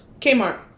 Kmart